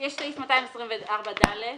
סעיף 224(ד),